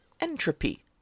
entropy